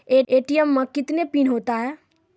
ATM मे कितने PIN होता हैं?